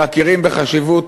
שמכירים בחשיבות